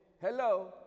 Hello